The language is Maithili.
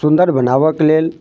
सुन्दर बनाबऽक लेल